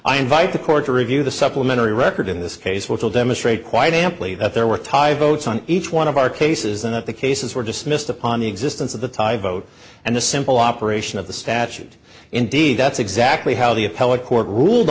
i invite the court to review the supplementary record in this case which will demonstrate quite amply that there were tied votes on each one of our cases and that the cases were dismissed upon the existence of the tie vote and the simple operation of the statute indeed that's exactly how the appellate court ruled